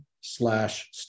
slash